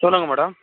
சொல்லுங்க மேடம்